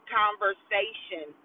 conversation